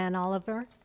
Oliver